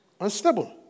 Unstable